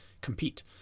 compete